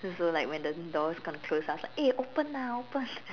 so so like when the door was going to close I was like eh open lah open